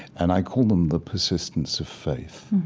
and i called them the persistence of faith.